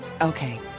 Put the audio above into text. Okay